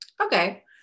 Okay